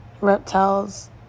reptiles